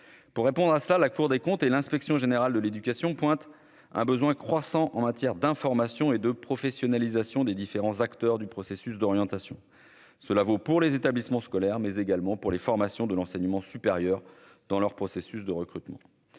pour répondre à cela, la Cour des comptes et l'inspection générale de l'Éducation pointe un besoin croissant en matière d'information et de professionnalisation des différents acteurs du processus d'orientation, cela vaut pour les établissements scolaires mais également pour les formations de l'enseignement supérieur dans leur processus de recrutement,